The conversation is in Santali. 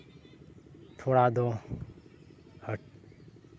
ᱯᱷᱚᱲᱟ ᱫᱚ ᱦᱟᱴ